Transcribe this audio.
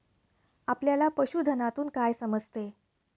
आपल्याला पशुधनातून काय समजते?